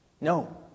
No